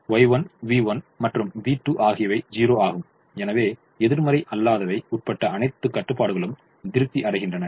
Y3 v1 மற்றும் v2 ஆகியவை 0 ஆகும் எனவே எதிர்மறை அல்லாதவை உட்பட அனைத்து கட்டுப்பாடுகளும் திருப்தி அடைகின்றன